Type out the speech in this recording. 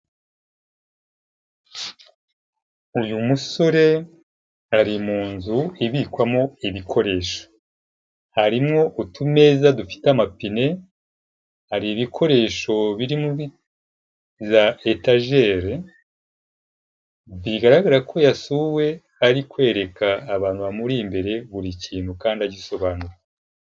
Uyu musore ari mu nzu ibikwamo ibikoresho, harimo utuneza dufite amapine, hari ibikoresho biri muri za etajeri, biragaragara ko yasuwe ari kwereka abantu bamuri imbere buri kintu kandi agisobanura.